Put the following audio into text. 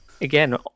again